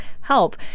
help